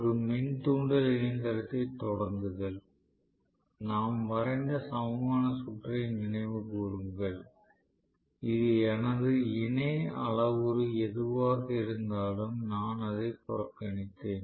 ஒரு மின் தூண்டல் இயந்திரத்தைத் தொடங்குதல் நாம் வரைந்த சமமான சுற்றை நினைவுகூருங்கள் எனது இணை அளவுரு எதுவாக இருந்தாலும் நான் அதை புறக்கணித்தேன்